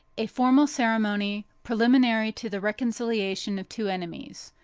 a formal ceremony preliminary to the reconciliation of two enemies.